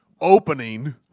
opening